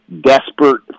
desperate